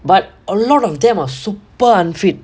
but a lot of them are super unfit